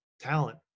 talent